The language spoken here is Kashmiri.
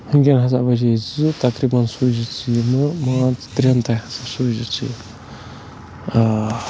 وٕنۍکٮ۪ن ہَسا بچے زٕ تقریٖباً سوٗزِ ژٕ یِمہٕ پانٛژھ ترٛٮ۪ن تام ہسا سوٗزِ ژٕ یہِ آ